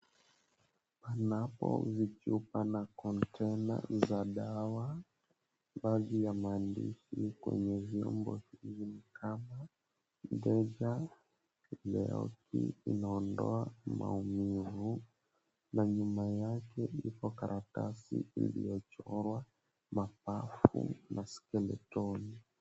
Panapo vichupa na kontena za dawa. Baadhi ya maandishi kwenye vyombo ivi ni kama Deja Leoki inaondoa maumivu na nyuma yake ipo karatasi iliyochorwa mapafu na skeletoni .